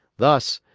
thus,